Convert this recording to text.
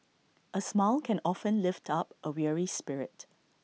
A smile can often lift up A weary spirit